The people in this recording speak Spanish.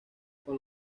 con